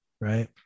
Right